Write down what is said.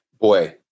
Boy